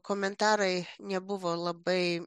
komentarai nebuvo labai